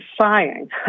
sighing